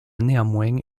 néanmoins